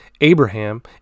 Abraham